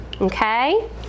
okay